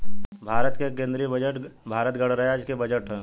भारत के केंदीय बजट भारत गणराज्य के बजट ह